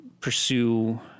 pursue